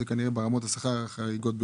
זה כנראה ברמות השכר החריגות בגובהן.